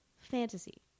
Fantasy